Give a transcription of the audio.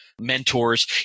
mentors